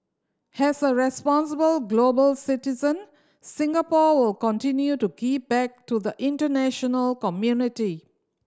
as a responsible global citizen Singapore will continue to give back to the international community